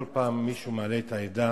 כל פעם מישהו מעלה עדה